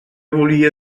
volia